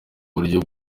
buryo